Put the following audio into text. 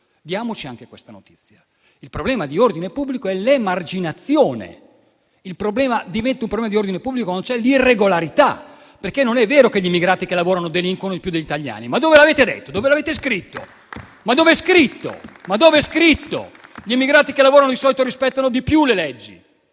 Diamoci anche questa notizia: il problema di ordine pubblico è l'emarginazione; diventa un problema di ordine pubblico quando c'è l'irregolarità, perché non è vero che gli immigrati che lavorano delinquono più degli italiani. Dove lo avete letto? Dov'è scritto? Gli immigrati che lavorano, di solito, rispettano di più le leggi.